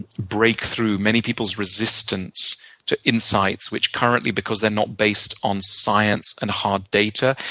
break through many peoples' resistance to insights, which currently, because they're not based on science and hard data,